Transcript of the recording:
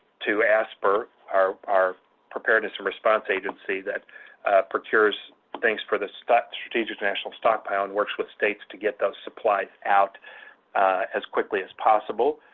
to aspr, our our preparedness and response agency that procures things for the strategic national stockpile and works with states to get those supplies out as quickly as possible,